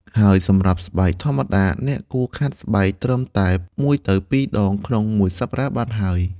ហើយសម្រាប់ស្បែកធម្មតា អ្នកគួរខាត់ស្បែកត្រឹមតែ ១ ទៅ ២ ដង ក្នុងមួយសប្ដាហ៍បានហើយ។